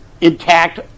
intact